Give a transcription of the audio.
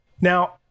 Now